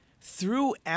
throughout